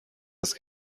است